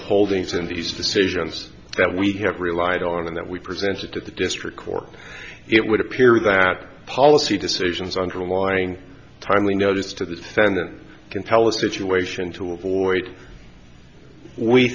the holdings in these decisions that we have relied on and that we presented to the district court it would appear that policy decisions underlying timely notice to the defendant can tell a situation to avoid we